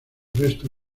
resto